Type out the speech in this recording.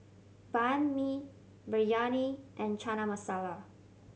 Banh Mi Biryani and Chana Masala